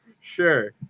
sure